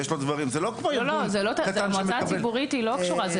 זה לא ארגון קטן שמקבל --- מועצה ציבורית היא לא קשורה.